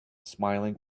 smiling